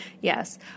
Yes